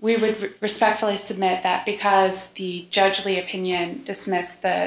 we would respectfully submit that because the judge lee opinion dismiss th